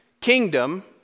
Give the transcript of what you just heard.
kingdom